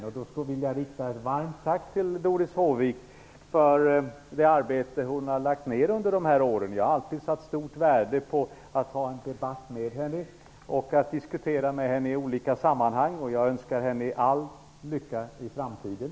Jag vill därför nu rikta ett varmt tack till Doris Håvik för det arbete hon har lagt ner under de här åren. Jag har alltid satt stort värde på att debattera med henne och diskutera med henne i olika sammanhang. Jag önskar henne all lycka i framtiden.